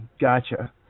gotcha